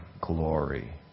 glory